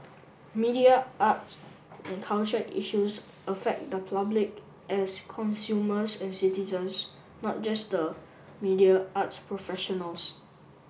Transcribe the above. media arts and culture issues affect the public as consumers and citizens not just the media arts professionals